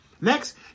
Next